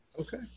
Okay